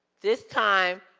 this time,